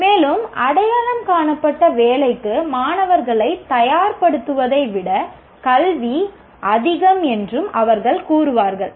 மேலும் அடையாளம் காணப்பட்ட வேலைக்கு மாணவர்களை தயார்படுத்துவதை விட கல்வி அதிகம் என்றும் அவர்கள் கூறுவார்கள்